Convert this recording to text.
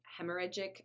hemorrhagic